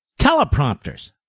Teleprompters